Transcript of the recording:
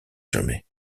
jamais